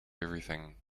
everything